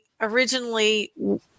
originally